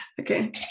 Okay